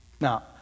Now